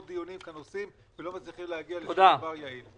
דיונים כאן עושים ולא מצליחים להגיע לשום דבר יעיל.